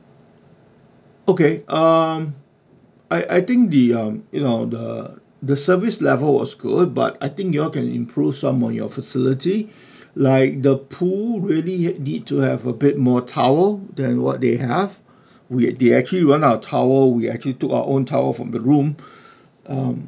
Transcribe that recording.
okay uh I I think the um you know the the service level was good but I think y'all can improve some of your facility like the pool really need need to have a bit more towel than what they have we they actually went out of towel we actually took our own towel from the room um